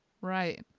Right